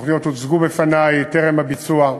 התוכניות הוצגו בפני טרם הביצוע,